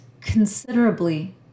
considerably